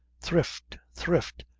thrift, thrift,